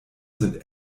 sind